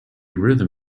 rhythm